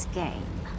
game